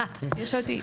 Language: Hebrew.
יש אותי.